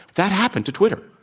that happened to twitter.